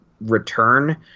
return